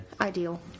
Ideal